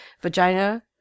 vagina